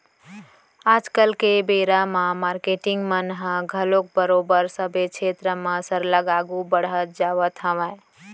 आज के बेरा म मारकेटिंग मन ह घलोक बरोबर सबे छेत्र म सरलग आघू बड़हत जावत हावय